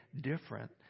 different